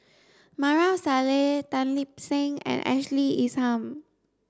Maarof Salleh Tan Lip Seng and Ashley Isham